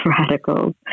radicals